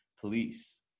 police